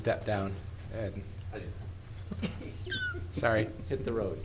step down and sorry hit the road